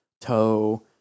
Toe